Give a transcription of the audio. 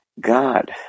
God